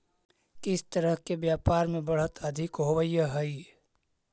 किस तरह के व्यापार में बढ़त अधिक होवअ हई